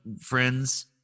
friends